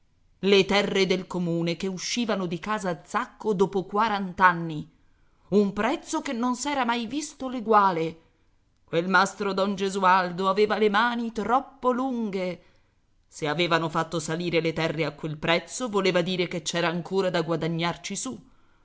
le terre del comune che uscivano di casa zacco dopo quarant'anni un prezzo che non s'era mai visto l'eguale quel mastro don gesualdo aveva le mani troppo lunghe se avevano fatto salire le terre a quel prezzo voleva dire che c'era ancora da guadagnarci su